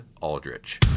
Aldrich